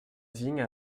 vigne